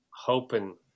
hoping